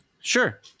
Sure